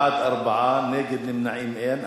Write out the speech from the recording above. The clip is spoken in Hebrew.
בעד 4, נגד ונמנעים, אין.